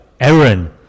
Aaron